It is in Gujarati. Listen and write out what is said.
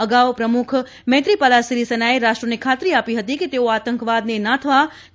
અગાઉ પ્રમુખ મૈત્રીપાલા સિરીસેનાએ રાષ્ટ્રને ખાત્રી આપી હતી કે તેઓ આતંકવાદને નાથવા કડક પગલાં ભરશે